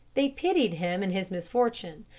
they pitied him in his misfortune.